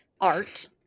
Art